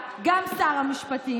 שהגשתי גם בכנסת הקודמת,